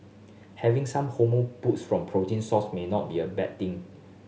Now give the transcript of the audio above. having some hormone boost from protein source may not be a bad thing